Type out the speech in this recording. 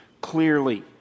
clearly